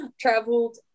Traveled